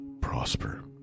prosper